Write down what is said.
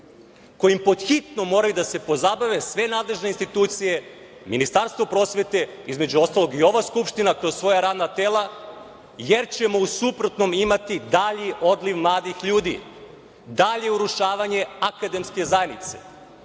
kojim podhitno moraju da se pozabave sve nadležne institucije, Ministarstvo prosvete, između ostalog i ova Skupština kroz svoja radna tela, jer ćemo u suprotnom imati dalji odliv mladih ljudi, dalje urušavanje akademske zajednice,